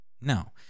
No